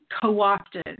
Co-opted